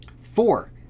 Four